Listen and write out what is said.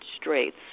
straits